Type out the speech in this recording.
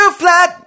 flat